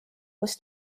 was